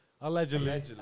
allegedly